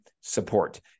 support